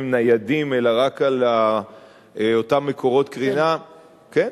ניידים אלא רק על אותם מקורות קרינה כן?